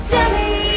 Jenny